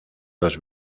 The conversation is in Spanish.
los